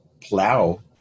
plow